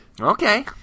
Okay